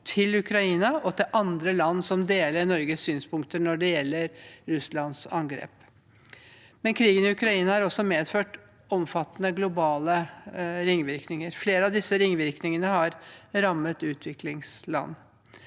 til Ukraina og til andre land som deler Norges synspunkter når det gjelder Russlands angrep. Men krigen i Ukraina har også medført omfattende globale ringvirkninger. Flere av disse ringvirkningene har rammet utviklingsland.